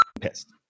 pissed